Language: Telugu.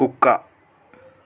కుక్క